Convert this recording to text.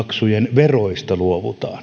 veroista luovutaan